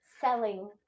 selling